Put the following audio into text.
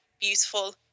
beautiful